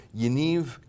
Yaniv